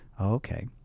Okay